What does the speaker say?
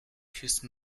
fuse